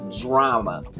drama